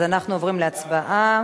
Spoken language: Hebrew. אנחנו עוברים להצבעה.